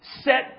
set